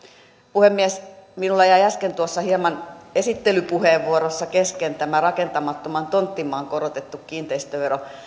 puhemies minulla jäi äsken tuossa esittelypuheenvuorossa hieman kesken tämä rakentamattoman tonttimaan korotettu kiinteistövero